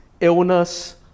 illness